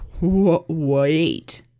wait